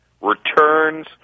returns